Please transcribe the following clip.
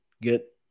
get